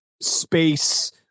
space